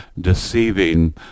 deceiving